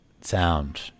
sound